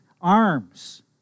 arms